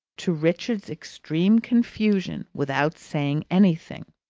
to richard's extreme confusion, without saying anything.